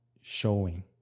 showing